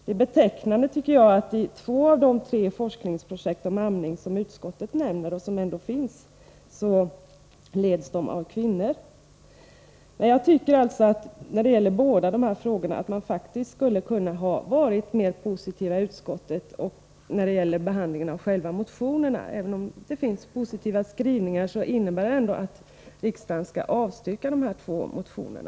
Det är betecknande att två av de tre forskningsprojekt om amning som ändå finns och som utskottet nämner leds av kvinnor. I båda frågorna skulle faktiskt utskottet ha kunnat vara mer positivt vid behandlingen av själva motionerna. Även om det finns positiva skrivningar i betänkandet, innebär utskottets hemställan att riksdagen skall avslå båda vpk-motionerna.